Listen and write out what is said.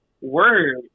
word